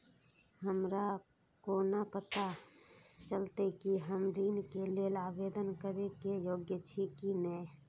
हमरा कोना पताा चलते कि हम ऋण के लेल आवेदन करे के योग्य छी की ने?